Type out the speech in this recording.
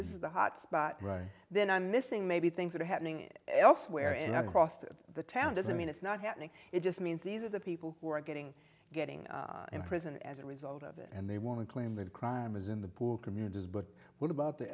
this is a hot spot right then i'm missing maybe things that are happening elsewhere and i crossed the town doesn't mean it's not happening it just means these are the people who are getting getting in prison as a result of it and they want to claim that crime is in communities but what about the